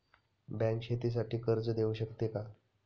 Bank शेतीसाठी कर्ज देऊ शकते का?